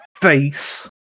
face